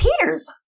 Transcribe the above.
Peters